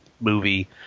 movie